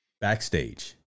Backstage